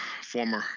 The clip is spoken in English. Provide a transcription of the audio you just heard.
former